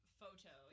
photo